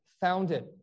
founded